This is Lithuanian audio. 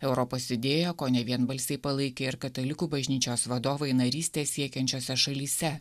europos idėją kone vienbalsiai palaikė ir katalikų bažnyčios vadovai narystės siekiančiose šalyse